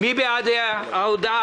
מי בעד ההודעה?